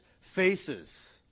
faces